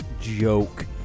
joke